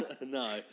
No